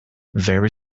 very